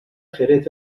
jerez